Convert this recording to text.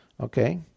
okay